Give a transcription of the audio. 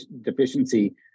deficiency